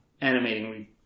animating